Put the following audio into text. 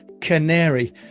Canary